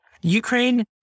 Ukraine